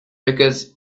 because